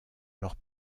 leurs